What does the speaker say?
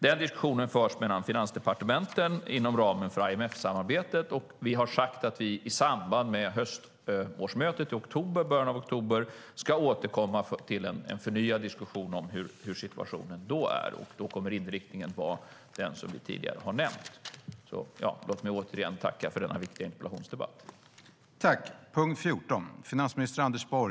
Den diskussionen förs mellan finansdepartementen inom ramen för IMF-samarbetet, och vi har sagt att vi i samband med höstmötet i början av oktober ska återkomma till en förnyad diskussion om hur situationen då är, och då kommer inriktningen att vara den som jag tidigare nämnt. Låt mig återigen tacka för denna viktiga interpellationsdebatt.